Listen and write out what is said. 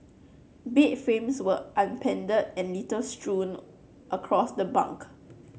bed frames were upended and litter strewn across the bunk